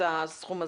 את הסכום הזה.